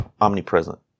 omnipresent